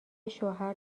شوهر